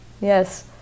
Yes